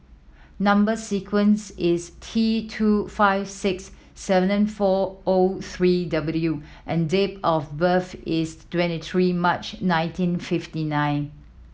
number sequence is T two five six seven four O three W and date of birth is twenty three March nineteen fifty nine